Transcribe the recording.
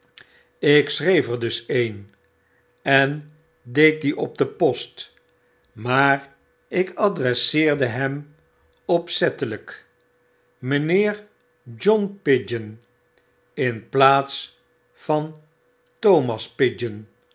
ik schreef er dus een en deed dien op de post maar ik adresseerde hem opzettelyk mynheer john pigeon in plaats van thomas